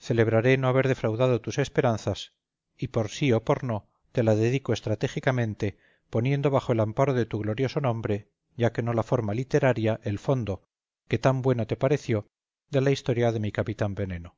celebraré no haber defraudado tus esperanzas y por sí o por no te la dedico estratégicamente poniendo bajo el amparo de tu glorioso nombre ya que no la forma literaria el fondo que tan bueno te pareció de la historia de mi capitán veneno